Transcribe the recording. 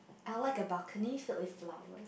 I like a balcony filled with flowers